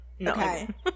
okay